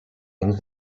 things